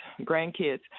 grandkids